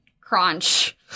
crunch